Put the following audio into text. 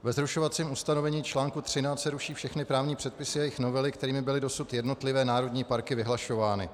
Ve zrušovacím ustanovení článku 13 se ruší všechny právní předpisy a jejich novely, kterými byly dosud jednotlivé národní parky vyhlašovány.